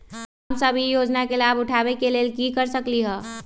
हम सब ई योजना के लाभ उठावे के लेल की कर सकलि ह?